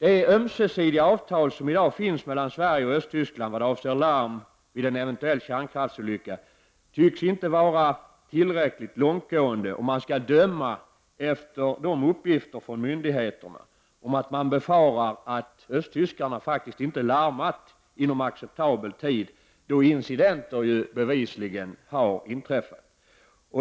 Det ömsesidiga avtal som i dag finns mellan Sverige och Östtyskland vad avser larm vid en eventuell kärnkraftsolycka tycks inte vara tillräckligt långtgående om man skall döma efter uppgifter från myndigheterna om att man befarar att östtyskarna faktiskt inte larmat inom acceptabel tid då incidenter bevisligen har inträffat.